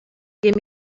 give